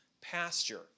pasture